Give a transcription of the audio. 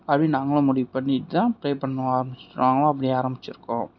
அப்படினு நாங்களும் முடிவு பண்ணிட்டு தான் ப்ரே பண்ண ஆரமிச்சோம் நாங்களும் அப்படி ஆரமிச்சிருக்கோம்